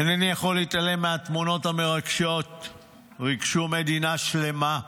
אינני יכול להתעלם מהתמונות המרגשות שריגשו מדינה שלמה,